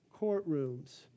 courtrooms